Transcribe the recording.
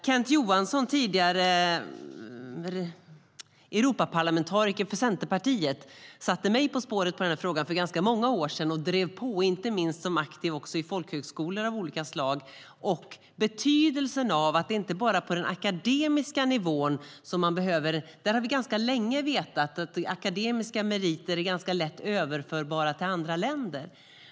Kent Johansson, tidigare Europaparlamentariker för Centerpartiet, satte mig på spåret i den här frågan för ganska många år sedan. Han drev på inte minst som aktiv i folkhögskolor av olika slag. Det gäller att framhålla betydelsen av att det inte bara gäller på den akademiska nivån. Vi har ganska länge vetat att akademiska meriter är ganska lätt överförbara till andra länder.